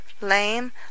lame